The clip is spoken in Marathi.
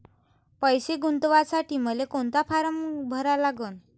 पैसे गुंतवासाठी मले कोंता फारम भरा लागन?